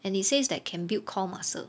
and it says that can build core muscle